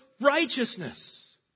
righteousness